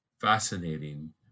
fascinating